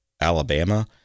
Alabama